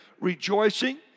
rejoicing